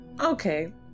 Okay